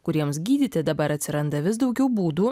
kuriems gydyti dabar atsiranda vis daugiau būdų